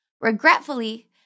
Regretfully